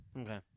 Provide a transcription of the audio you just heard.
Okay